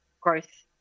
growth